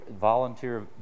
volunteer